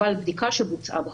אבל בדיקה שבוצעה בחו"ל.